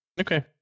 Okay